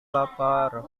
lapar